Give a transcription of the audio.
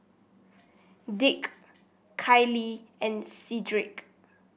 Dick Kailee and Cedric